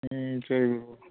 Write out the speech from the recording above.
ம் சரி ப்ரோ